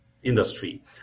industry